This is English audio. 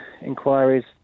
inquiries